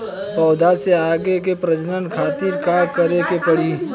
पौधा से आगे के प्रजनन खातिर का करे के पड़ी?